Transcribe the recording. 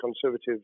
Conservatives